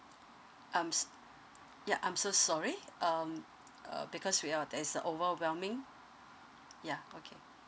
um s~ ya I'm so sorry um uh because we are there's a overwhelming ya okay